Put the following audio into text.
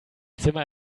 zimmer